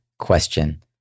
question